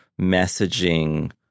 messaging –